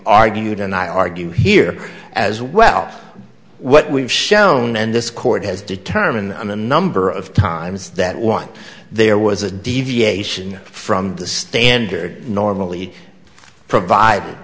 argued and i argue here as well what we've shown and this court has determined on a number of times that want there was a deviation from the standard normally